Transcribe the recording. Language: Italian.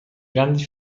grandi